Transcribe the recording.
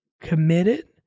committed